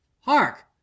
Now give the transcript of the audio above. Hark